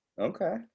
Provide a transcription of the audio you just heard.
Okay